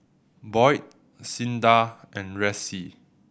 Boyd Cinda and Ressie